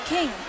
King